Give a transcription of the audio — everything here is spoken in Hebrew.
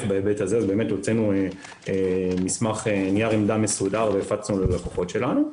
הוצאנו נייר עמדה מסודר והפצנו ללקוחות שלנו.